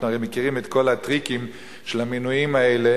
אנחנו הרי מכירים את כל הטריקים של המינויים האלה,